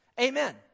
Amen